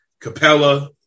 Capella